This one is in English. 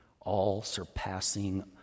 all-surpassing